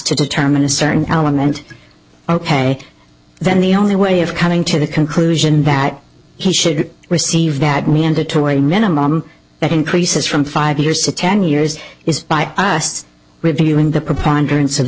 determine a certain element ok then the only way of coming to the conclusion that he should receive that mandatory minimum that increases from five years to ten years is by us reviewing the preponderance of